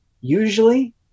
usually